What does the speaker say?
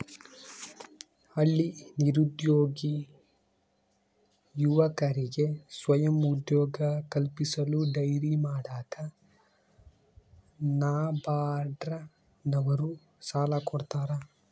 ಹಳ್ಳಿ ನಿರುದ್ಯೋಗಿ ಯುವಕರಿಗೆ ಸ್ವಯಂ ಉದ್ಯೋಗ ಕಲ್ಪಿಸಲು ಡೈರಿ ಮಾಡಾಕ ನಬಾರ್ಡ ನವರು ಸಾಲ ಕೊಡ್ತಾರ